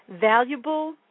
valuable